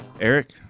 Eric